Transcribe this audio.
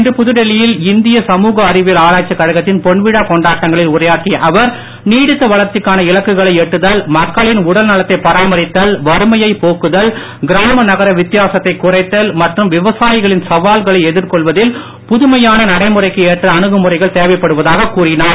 இன்று புதுடெல்லியில் இந்திய சமூக அறிவியல் ஆராய்ச்சிக் கழகத்தின் பொன் விழா கொண்டாட்டங்களில் உரையாற்றிய அவர் நீடித்த வளர்ச்சிக்கான இலக்குகளை எட்டுதல் மக்களின் உடல் நலத்தைப் பராமரித்தல் வறுமையை போக்குதல் கிராம நகர வித்தியாசத்தைக் குறைத்தல் மற்றும் விவசாயிகளின் சவால்களை எதிர் கொள்வதில் புதுமையான நடைமுறைக்கு ஏற்ற அனுகுமுறைகள் தேவைப்படுவதாக கூறினார்